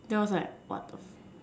then I was like what the